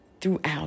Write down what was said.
Throughout